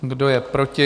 Kdo je proti?